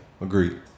agreed